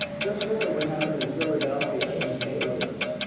just look at what happened in philadelphia, in st. louis.